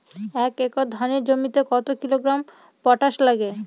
এক একর ধানের জমিতে কত কিলোগ্রাম পটাশ লাগে?